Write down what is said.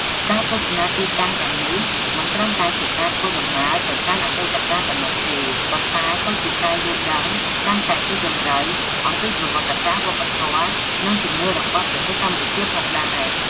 ការទស្សនាទីតាំងទាំងនេះ មិនត្រឹមតែជាការធ្វើដំណើរទៅកាន់អតីតកាលប៉ុណ្ណោះទេ ប៉ុន្តែក៏ជាការយល់ដឹងកាន់តែស៊ីជម្រៅអំពីប្រវត្តិសាស្ត្រ វប្បធម៌ និងជំនឿរបស់ប្រទេសកម្ពុជាផងដែរ។